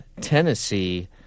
Tennessee